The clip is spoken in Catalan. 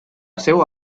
seua